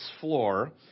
floor